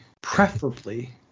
preferably